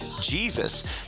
Jesus